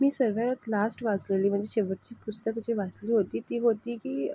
मी सगळ्यात लास्ट वाचलेली माझी शेवटची पुस्तक जे वाचली होती ती होती की